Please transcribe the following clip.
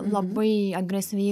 labai agresyviai